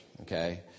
okay